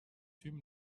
tüm